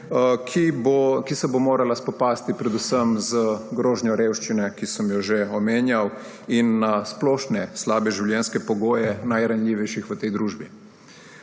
ki se bo morala spopasti predvsem z grožnjo revščine, ki sem jo že omenjal, in s splošnimi slabimi življenjskimi pogoji najranljivejših v tej družbi.